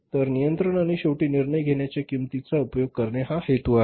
तर नियंत्रण आणि शेवटी निर्णय घेण्याच्या किंमतीचा उपयोग करणे हा हेतू आहे